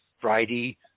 Friday